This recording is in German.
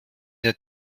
der